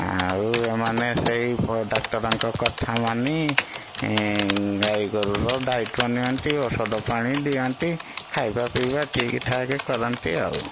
ଆଉ ଏମାନେ ସେହି ପ ଡ଼ାକ୍ତରଙ୍କ କଥା ମାନି ଗାଈ ଗୋରୁର ଦାଇତ୍ୱ ନିଅନ୍ତି ଔଷଧ ପାଣି ଦିଅନ୍ତି ଖାଇବା ପିଇବା ଠିକି ଠାକ କରନ୍ତି ଆଉ